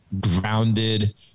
grounded